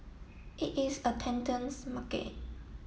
it is a market